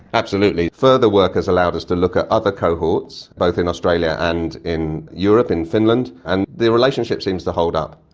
absolutely. further work has allowed us to look at other cohorts, both in australia and in europe, in finland, and the relationship seems to hold up,